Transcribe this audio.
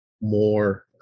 more